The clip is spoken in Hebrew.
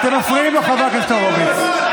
אתם מפריעים לו, חבר הכנסת הורוביץ.